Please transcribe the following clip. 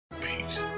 Peace